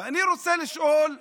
ואני רוצה לשאול למה.